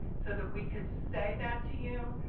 so that we could say that to you.